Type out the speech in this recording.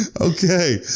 okay